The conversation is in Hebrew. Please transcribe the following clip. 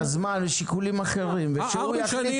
לשקלל את הזמן לשיקולים אחרים ושהוא יחליט,